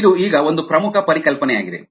ಇದು ಈಗ ಒಂದು ಪ್ರಮುಖ ಪರಿಕಲ್ಪನೆಯಾಗಿದೆ